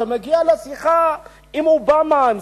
שמגיע לשיחה עם אובמה,